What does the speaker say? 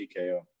TKO